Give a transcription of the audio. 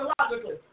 psychologically